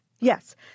Yes